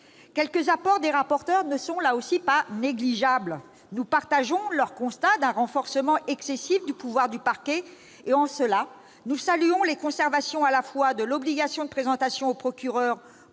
quelques apports des corapporteurs ne sont pas négligeables non plus. Nous partageons leur constat d'un renforcement excessif du pouvoir du parquet. De ce fait, nous saluons la conservation de l'obligation de présentation au procureur